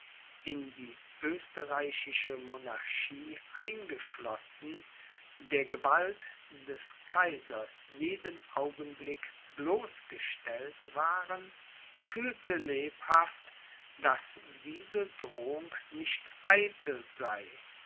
in die österreichische monarchie eingeschlossen der gewalt des kaisers jeden augenblick bloßgestellt waren fühlte lebhaft daß diese drohung nicht eitel sei